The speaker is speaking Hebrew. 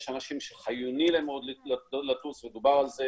יש אנשים שחיוני להם מאוד לטוס, ודובר על זה